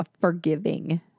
forgiving